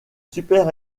super